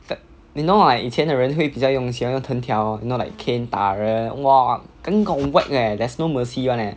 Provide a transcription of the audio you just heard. you know like 以前的人会比较用喜欢用藤条 you know like cane 打人 !wah! 敢敢 whack 的 leh there's no mercy one eh